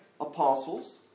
apostles